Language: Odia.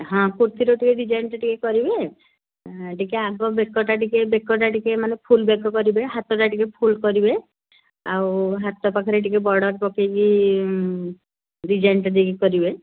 ହଁ କୁର୍ତ୍ତିର ଟିକେ ଡିଜାଇନ୍ଟା ଟିକେ କରିବେ ଟିକେ ଆଗ ବେକଟା ଟିକେ ବେକଟା ଟିକେ ମାନେ ଫୁଲ୍ ବେକ କରିବେ ହାତଟା ଟିକେ ଫୁଲ୍ କରିବେ ଆଉ ହାତ ପାଖରେ ଟିକେ ବର୍ଡ଼ର୍ ପକାଇକି ଡିଜାଇନ୍ଟା ଦେଇକି କରିବେ